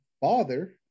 father